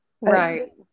Right